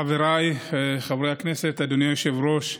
חבריי חברי הכנסת, אדוני היושב-ראש,